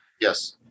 Yes